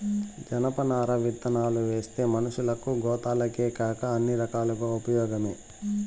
జనపనార విత్తనాలువేస్తే మనషులకు, గోతాలకేకాక అన్ని రకాలుగా ఉపయోగమే